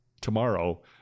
tomorrow